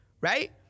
right